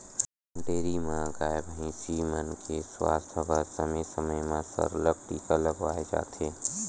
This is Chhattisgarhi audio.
डेयरी म गाय, भइसी मन के सुवास्थ बर समे समे म सरलग टीका लगवाए जाथे